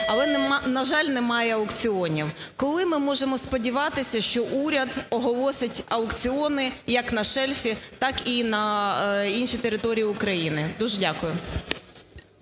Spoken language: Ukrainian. але, на жаль, немає аукціонів. Коли ми можемо сподіватися, що уряд оголосить аукціони, як на шельфі, так і на іншій території України? Дуже дякую.